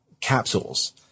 capsules